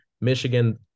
Michigan